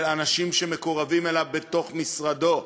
של אנשים מקורבים אליו בתוך משרדו.